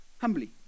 humbly